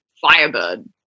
Firebird